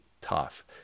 tough